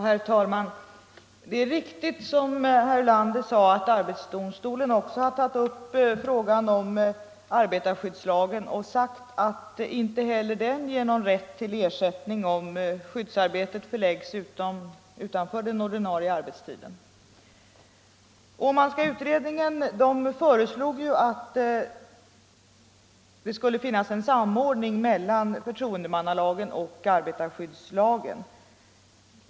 Herr talman! Det är riktigt som herr Ulander sade att arbetsdomstolen också har tagit upp frågan om arbetarskyddslagen och uttalat att inte heller den ger någon rätt till ersättning om skyddsarbetet förläggs utanför den ordinarie arbetstiden. Den Åmanska utredningen föreslog att det skulle finnas en samordning mellan förtroendemannalagen och arbetarskyddslagen.